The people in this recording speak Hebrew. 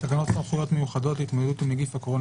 "תקנות סמכויות מיוחדות להתמודדות עם נגיף הקורונה